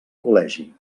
col·legi